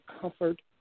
comfort